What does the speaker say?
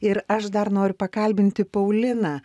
ir aš dar noriu pakalbinti pauliną